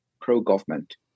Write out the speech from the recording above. pro-government